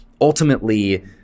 ultimately